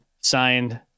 signed